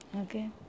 Okay